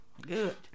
Good